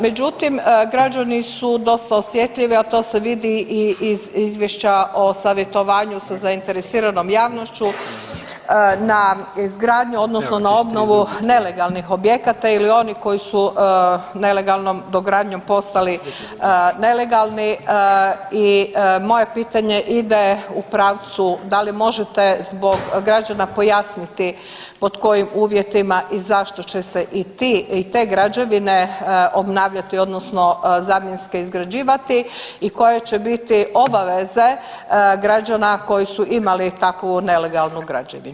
Međutim, građani su dosta osjetljivi, a to se vidi i iz izvješća o savjetovanju sa zainteresiranom javnošću na izgradnju odnosno na obnovu nelegalnih objekata ili onih koji su nelegalnom dogradnjom postali nelegalni i moje pitanje ide u pravcu da li možete zbog građana pojasniti pod kojim uvjetima i zašto će se i te građevine obnavljati odnosno zamjenske izgrađivati i koje će biti obaveze građana koji su imali takvu nelegalnu građevinu?